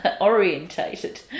orientated